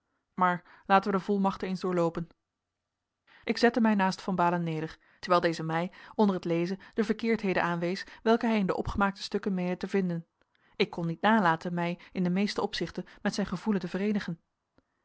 maar laten wij de volmachten eens doorloopen ik zette mij naast van baalen neder terwijl deze mij onder t lezen de verkeerdheden aanwees welke hij in de opgemaakte stukken meende te vinden ik kon niet nalaten mij in de meeste opzichten met zijn gevoelen te vereenigen